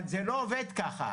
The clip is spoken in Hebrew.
אבל זה לא עובד ככה.